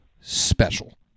special